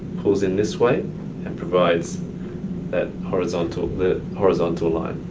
pulls in this way and provides that horizontal that horizontal line.